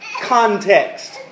context